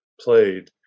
played